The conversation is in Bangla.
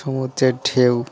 সমুদ্রের ঢেউ